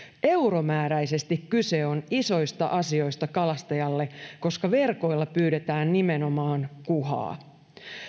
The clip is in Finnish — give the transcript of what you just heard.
euromääräisesti kyse on isoista asioista kalastajalle koska verkoilla pyydetään nimenomaan kuhaa